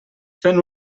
fent